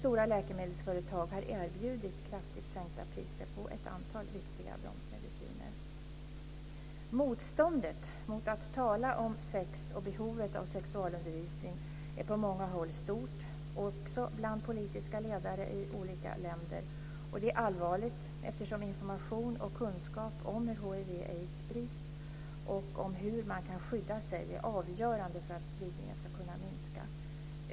Stora läkemedelsföretag har erbjudit kraftigt sänkta priser på ett antal viktiga bromsmediciner. Motståndet mot att tala om sex och behovet av sexualundervisning är på många håll stort, också bland politiska ledare i olika länder. Detta är allvarligt, eftersom information och kunskap om hur hiv/aids sprids och om hur man kan skydda sig är avgörande för att spridningen ska kunna minska.